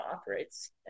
operates